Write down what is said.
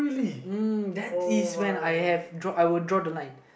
uh that is when I have draw I will draw the line